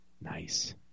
Nice